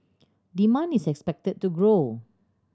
demand is expected to grow